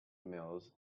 males